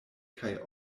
kaj